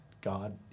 God